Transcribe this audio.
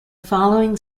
following